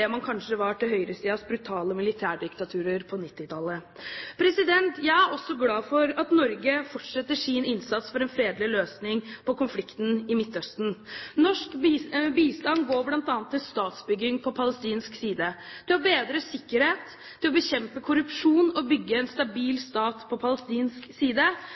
man kanskje var til høyresidens brutale militærdiktaturer på 1990-tallet. Jeg er også glad for at Norge fortsetter sin innsats for en fredelig løsning på konflikten i Midtøsten. Norsk bistand går bl.a. til statsbygging på palestinsk side – til å bedre sikkerheten og til å bekjempe korrupsjon. Å bygge en stabil stat på palestinsk side